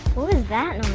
what was that